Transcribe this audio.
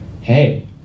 hey